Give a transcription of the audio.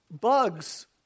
Bugs